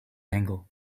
angle